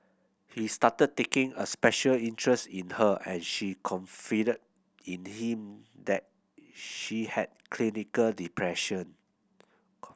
he started taking a special interest in her and she confided in him that she had clinical depression